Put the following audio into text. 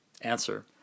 Answer